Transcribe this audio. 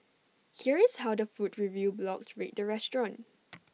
here is how the food review blogs rate the restaurant